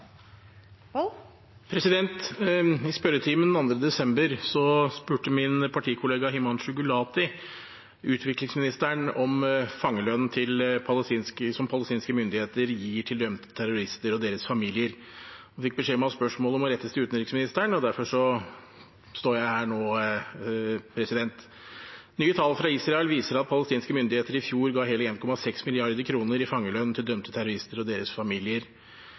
I spørretimen den 2. desember spurte min partikollega Himanshu Gulati utviklingsministeren om fangelønn som palestinske myndigheter gir til dømte terrorister og deres familier. Han fikk beskjed om at spørsmålet må rettes til utenriksministeren, og derfor står jeg her nå. Nye tall fra Israel viser at palestinske myndigheter i fjor ga hele 1,6 mrd. kr i fangelønn til dømte terrorister og deres familier.